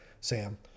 Sam